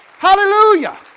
Hallelujah